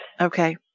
Okay